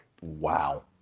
Wow